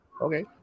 okay